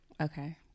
okay